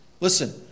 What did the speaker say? Listen